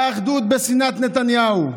אחדות בשנאת נתניהו,